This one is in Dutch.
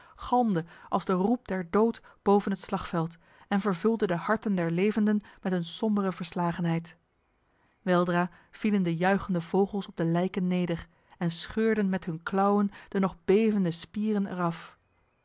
galmde als de roep der dood boven het slagveld en vervulde de harten der levenden met een sombere verslagenheid weldra vielen de juichende vogels op de lijken neder en scheurden met hun klauwen de nog bevende spieren eraf